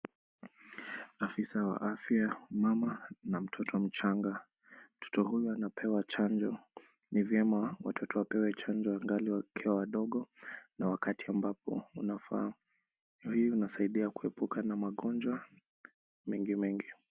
Afisaa wa afya, mama na mtoto mchanga. Mtoto huyu anapewa chanjo. Ni vyema watoto kupewa chanjo wangali wakiwa wadogo na wakati ambapo unafaa. Hii inasaidia kuepuka na magonjwa mengi mengi.